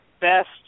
best